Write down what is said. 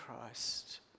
Christ